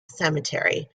cemetery